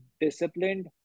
disciplined